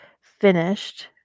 finished